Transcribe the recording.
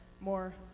more